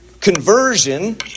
conversion